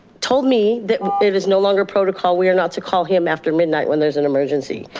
told me that it was no longer protocol, we are not to call him after midnight when there's an emergency.